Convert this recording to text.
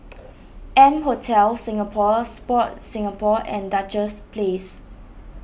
M Hotel Singapore Sport Singapore and Duchess Place